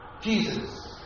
Jesus